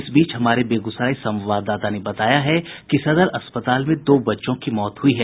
इस बीच हमारे बेगूसराय संवाददाता ने बताया है कि सदर अस्पताल में दो बच्चों की मौत हुई है